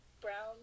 brown